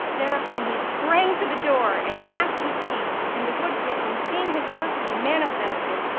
thereupon he sprang to the door and gnashed his teeth, and the wood-pigeon, seeing his perfidy manifested,